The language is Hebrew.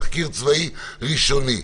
תחקיר צבאי ראשוני.